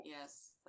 yes